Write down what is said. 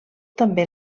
també